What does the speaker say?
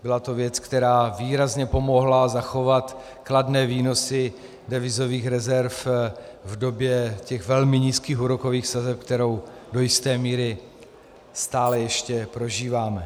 Byla to věc, která výrazně pomohla zachovat kladné výnosy devizových rezerv v době velmi nízkých úrokových sazeb, kterou do jisté míry stále ještě prožíváme.